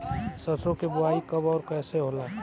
सरसो के बोआई कब और कैसे होला?